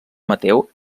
mateu